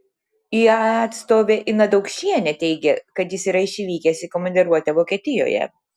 iae atstovė ina daukšienė teigė kad jis yra išvykęs į komandiruotę vokietijoje